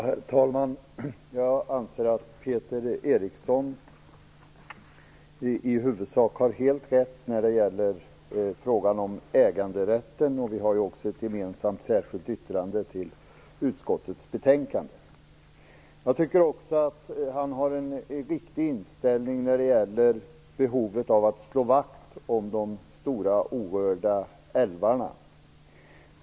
Herr talman! Jag anser att Peter Eriksson i huvudsak har helt rätt när det gäller frågan om äganderätten. Vi har också fogat ett gemensamt särskilt yttrande till utskottets betänkande. Jag tycker också att Peter Eriksson har en riktig inställning när det gäller behovet av att slå vakt om de stora orörda älvarna.